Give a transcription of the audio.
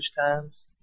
times